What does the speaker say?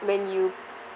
when you